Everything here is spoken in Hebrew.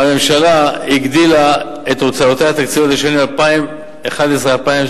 הממשלה הגדילה את הוצאותיה התקציביות לשנים 2011 ו-2012